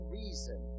reason